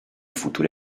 futuri